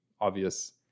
obvious